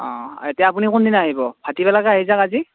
অঁ এতিয়া আপুনি কোন দিনা আহিব ভাটিবেলাকে আহি যাওক আজি